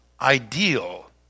ideal